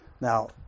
Now